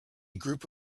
group